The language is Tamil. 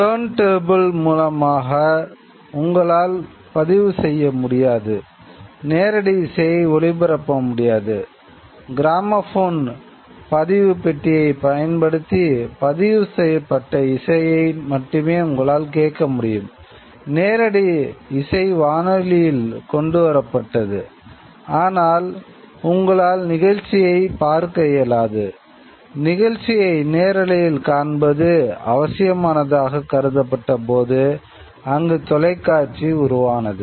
டர்ன்டேபிள் உருவானது